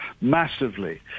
massively